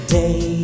day